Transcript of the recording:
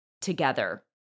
together